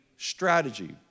Strategy